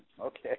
Okay